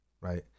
right